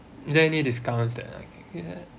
is there any discounts that you had